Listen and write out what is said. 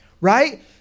Right